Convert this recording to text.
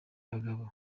bagabo